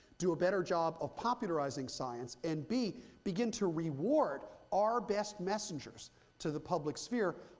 do a better job of popularizing science, and b, begin to reward our best messengers to the public sphere,